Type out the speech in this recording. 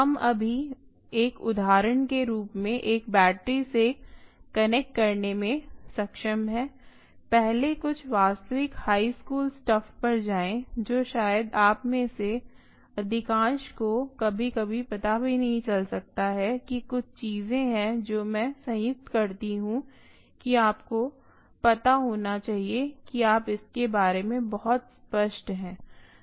हम सभी एक उदाहरण के रूप में एक बैटरी से कनेक्ट करने में सक्षम हैं पहले कुछ वास्तविक हाई स्कूल स्टफ पर जाएं जो शायद आप में से अधिकांश को कभी कभी पता भी नहीं चल सकता है कि कुछ चीजें हैं जो मैं संदर्भ समय 0144 संयुक्त करती हूँ कि आपको पता होना चाहिए कि आप इसके बारे में बहुत स्पष्ट हैं